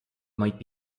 might